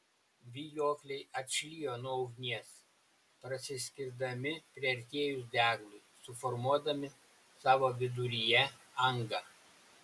vijokliai atšlijo nuo ugnies prasiskirdami priartėjus deglui suformuodami savo viduryje angą